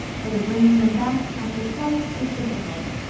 for the bringing them back after flight is difficult